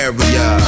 Area